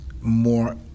more